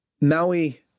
Maui